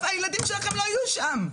הילדים שלכם לא היו שם.